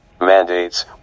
mandates